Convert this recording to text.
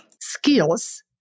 skills